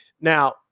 Now